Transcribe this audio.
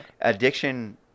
Addiction